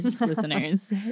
listeners